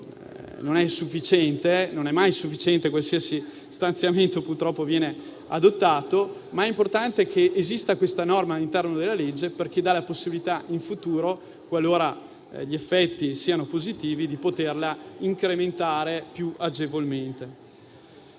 non è mai sufficiente qualsiasi stanziamento adottato - ma è importante che esista questa norma all'interno della legge, perché dà la possibilità in futuro, qualora gli effetti siano positivi, di poterla incrementare più agevolmente.